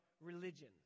religion